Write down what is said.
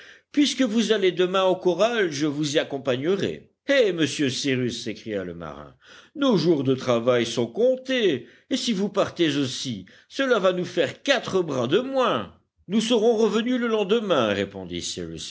puisque vous allez demain au corral je vous y accompagnerai eh monsieur cyrus s'écria le marin nos jours de travail sont comptés et si vous partez aussi cela va nous faire quatre bras de moins nous serons revenus le lendemain répondit